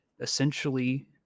essentially